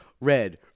red